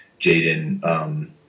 Jaden